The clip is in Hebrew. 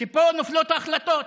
שפה נופלות ההחלטות,